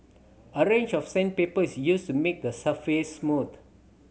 a range of sandpaper is used to make the surface smooth